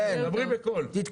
יש